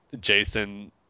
Jason